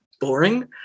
boring